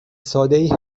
سادهای